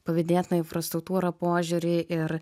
pavydėtiną infrastruktūrą požiūrį ir